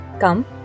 Come